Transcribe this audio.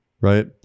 Right